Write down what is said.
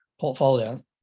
portfolio